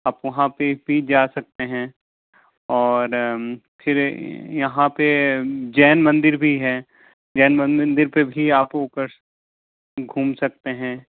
आप वहाँ पे भी जा सकते हैं और फिर यहाँ पे जैन मंदिर भी है जैन मंदिर पे भी आप ऊपर घूम सकते हैं